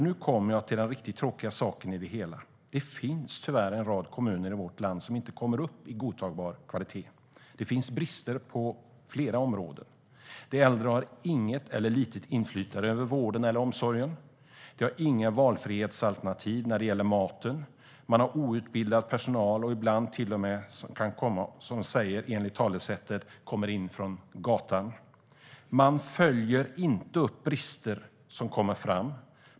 Nu kommer jag nämligen till det riktigt tråkiga i det hela, nämligen att det tyvärr finns en rad kommuner i vårt land som inte kommer upp i godtagbar kvalitet. Det finns brister på flera områden. De äldre har inget eller litet inflytande över vården eller omsorgen. De har inga valfrihetsalternativ när det gäller maten. Man har outbildad personal. Ibland kan personalen, enligt talesättet, komma in från gatan. Man följer inte upp brister som kommer fram.